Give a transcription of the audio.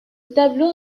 tableau